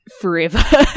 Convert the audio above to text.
forever